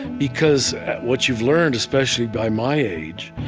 because what you've learned, especially by my age,